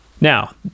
now